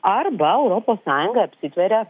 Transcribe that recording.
arba europos sąjunga apsitveria